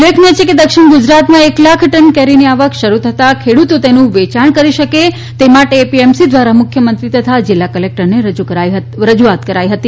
ઉલ્લેખનીય છે કે દક્ષિણ ગુજરાતમાં એક લાખ ટન કેરીની આવક શરૂ થતાં ખેડૂતો તેનું વેચાણ કરી શકે તે માટે એપીએમસી દ્વારા મુખ્યમંત્રી તથા જિલ્લા કલેક્ટરને રજૂઆત કરાઈ હતી